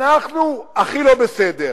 הוא טוען שאנחנו הכי לא בסדר,